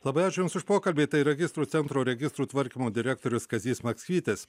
labai ačiū jums už pokalbį tai registrų centro registrų tvarkymo direktorius kazys maksvytis